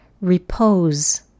repose